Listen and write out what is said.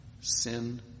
sin